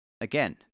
again